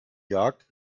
jagd